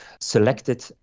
selected